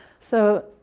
so